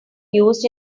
used